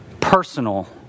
personal